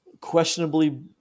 questionably